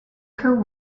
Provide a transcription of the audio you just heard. her